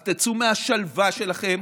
אז תצאו מהשלווה שלכם,